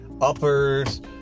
uppers